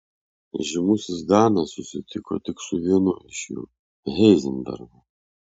žymusis danas susitiko tik su vienu iš jų heizenbergu